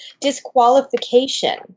disqualification